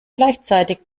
gleichzeitig